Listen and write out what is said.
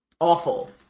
awful